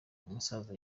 umusaza